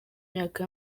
myaka